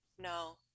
No